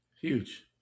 Huge